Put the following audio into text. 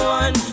one